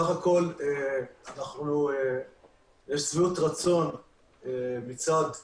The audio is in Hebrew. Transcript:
בסך הכול יש שביעות רצון מצד המשטרה,